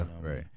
right